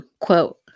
quote